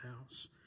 house